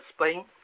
Spain